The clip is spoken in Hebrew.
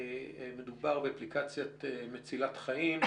מדובר באפליקציה מצילת חיים,